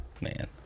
Man